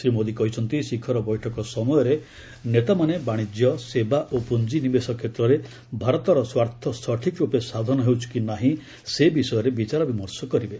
ଶ୍ରୀ ମୋଦି କହିଛନ୍ତି ଶିଖର ବୈଠକ ସମୟରେ ନେତାମାନେ ବାଣିଜ୍ୟ ସେବା ଓ ପୁଞ୍ଜିନିବେଶ କ୍ଷେତ୍ରରେ ଭାରତର ସ୍ୱାର୍ଥ ସଠିକ୍ ରୂପେ ସାଧନ ହେଉଛି କି ନାହିଁ ସେ ବିଷୟରେ ବିଚାର ବିମର୍ଷ କରିବେ